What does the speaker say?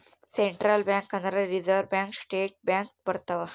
central bank ಅಂದ್ರ reserve bank state bank ಬರ್ತವ